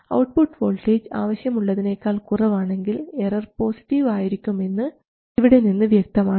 output voltage ആവശ്യം ഉള്ളതിനേക്കാൾ കുറവാണെങ്കിൽ എറർ പോസിറ്റീവ് ആയിരിക്കുമെന്ന് ഇവിടെ നിന്ന് വ്യക്തമാണ്